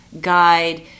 guide